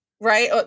right